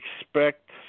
expect